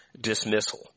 dismissal